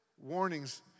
warnings